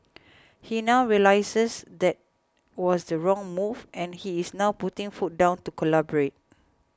he now realises that was the wrong move and he is now putting foot down to collaborate